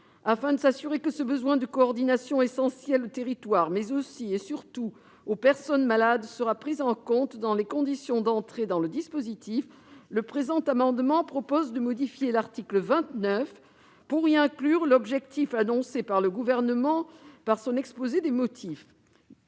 Afin de s'assurer que ce besoin de coordination essentiel aux territoires, et surtout aux personnes malades, sera pris en compte dans les conditions d'entrée dans le dispositif, le présent amendement tend à modifier l'article 29 pour y inclure l'objectif annoncé par le Gouvernement dans son exposé des motifs.